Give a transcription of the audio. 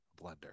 blender